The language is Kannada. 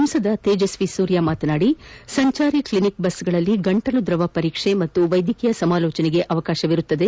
ಸಂಸದ ತೇಜಸ್ವಿ ಸೂರ್ಯ ಮಾತನಾಡಿ ಸಂಚಾರಿ ಕ್ಲಿನಿಕ್ ಬಸ್ಗಳಲ್ಲಿ ಗಂಟಲು ದ್ರವ ಪರೀಕ್ಷೆ ಹಾಗೂ ವೈದ್ಯಕೀಯ ಸಮಾಲೋಚನೆಗೆ ಅವಕಾಶವಿರಲಿದೆ